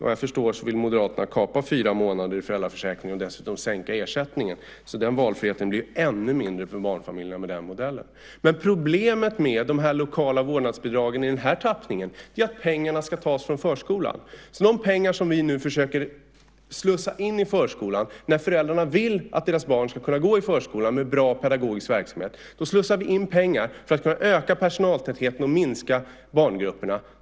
Vad jag förstår vill Moderaterna kapa fyra månader i föräldraförsäkringen och dessutom sänka ersättningen. Med den modellen blir valfriheten ännu mindre för barnfamiljerna. Problemet med de lokala vårdnadsbidragen i den här tappningen är att pengarna ska tas från förskolan. Eftersom föräldrarna vill att deras barn ska kunna gå i förskolan med bra pedagogisk verksamhet slussar vi in pengar för att kunna öka personaltätheten och minska barngrupperna.